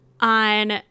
on